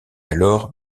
alors